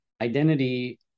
identity